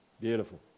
Beautiful